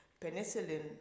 Penicillin